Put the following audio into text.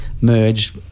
merge